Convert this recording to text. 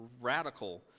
radical